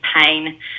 pain